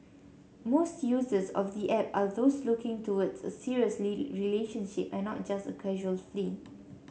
most users of the app are those looking towards a seriously relationship and not just a casual fling